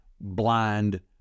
blind